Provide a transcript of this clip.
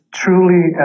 truly